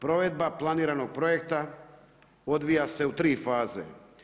Provedba planiranog projekta odvija se u tri faze.